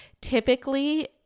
typically